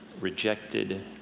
rejected